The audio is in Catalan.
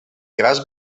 grans